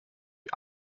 wie